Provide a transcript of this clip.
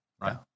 right